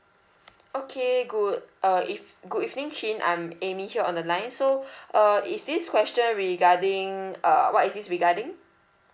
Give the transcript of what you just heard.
okay good uh eve~ good evening chin I'm amy here on the line so uh is this question regarding uh what is this regarding